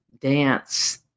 dance